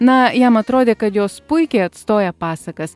na jam atrodė kad jos puikiai atstoja pasakas